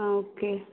ఆ ఓకే